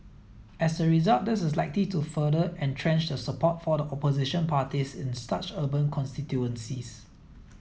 as a result this is likely to further entrench the support for the opposition parties in such urban constituencies